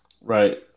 right